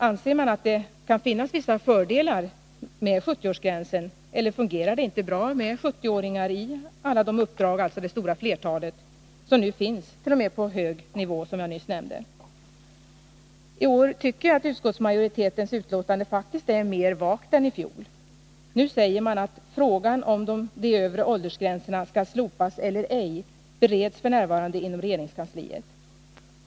Anser man att det kan finnas vissa fördelar med 70-årsgränsen, eller fungerar det inte bra med 70-åringar i alla de uppdrag — alltså det stora flertalet — som nu finns t.o.m. på hög nivå som jag nyss nämnde? Jag tycker att utskottsmajoritetens betänkande i år faktiskt är mer vagt än i fjol. Nu säger man att ”frågan om de övre åldersgränserna skall slopas eller ej bereds för närvarande inom regeringskansliet.